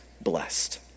blessed